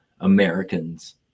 Americans